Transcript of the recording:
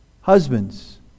Husbands